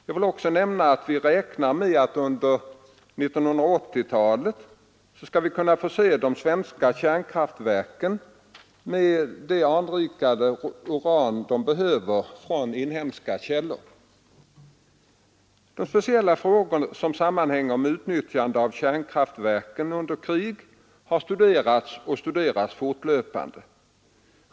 Jag vill också nämna att vi räknar med att vi under 1980-talet skall kunna förse de svenska kärnkraftverken med det anrikade uran de behöver från inhemska källor. De speciella frågor som sammanhänger med utnyttjandet av kärnkraftverk under krig har studerats och studeras fortlöpande.